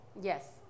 Yes